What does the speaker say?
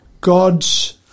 God's